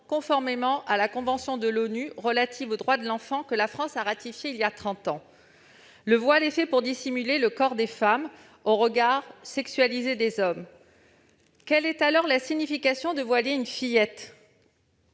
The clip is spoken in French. conformément à la convention de l'Organisation des Nations unies relative aux droits de l'enfant que la France a ratifiée il y a trente ans. Le voile est fait pour dissimuler le corps des femmes au regard sexualisé des hommes. Quelle est alors la signification de voiler une fillette ?